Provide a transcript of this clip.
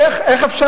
איך אפשר?